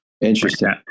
Interesting